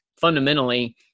fundamentally